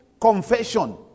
confession